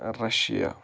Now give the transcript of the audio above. Russia